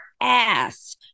ass